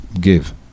give